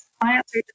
Clients